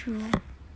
true